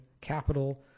capital